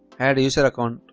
add user account